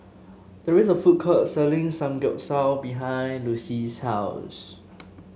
there is a food court selling Samgyeopsal behind Lucy's house